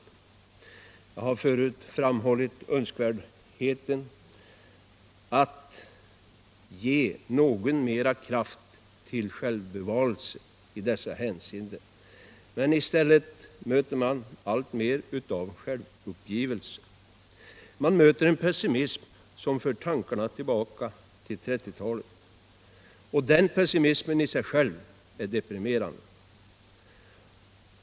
Jag har förut frambållit önskvärdheten av att ge något mer kraft till självbevarelse i dessa hänseenden, men i stället möter man alltmer av självuppgivelse. Man möter en pessimism som för tankarna tillbaka till 1930 talet, och den pessimismen i sig själv är deprimerande.